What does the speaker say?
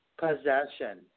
possession